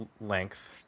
length